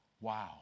Wow